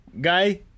Guy